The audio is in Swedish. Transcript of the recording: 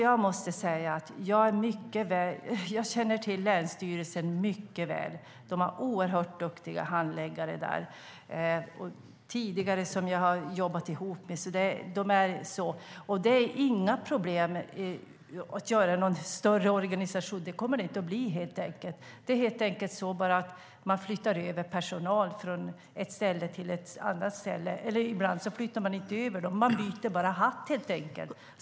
Jag måste säga att jag känner till länsstyrelsen mycket väl. De har oerhört duktiga handläggare som jag tidigare har jobbat ihop med. Det är inga problem att göra organisationen större, för det kommer den inte att bli. Man flyttar helt enkelt över personal från ett ställe till ett annat. Ibland flyttar man inte ens över dem; de byter bara hatt.